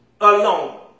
alone